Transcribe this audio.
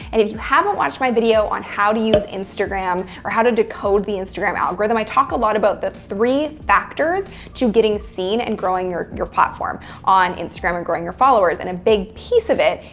and if you haven't watched my video on how to use instagram, or how to decode the instagram algorithm, i talk a lot about the three factors to getting seen and growing your your platform on instagram, and growing your followers. and a big piece of it,